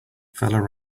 feller